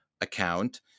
account